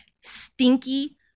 stinky